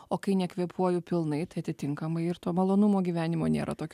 o kai nekvėpuoju pilnai tai atitinkamai ir to malonumo gyvenimo nėra tokio